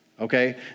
Okay